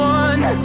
one